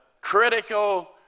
critical